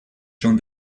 schon